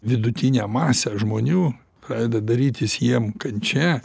vidutinę masę žmonių pradeda darytis jiem kančia